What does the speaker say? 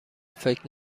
فکر